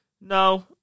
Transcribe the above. No